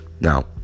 now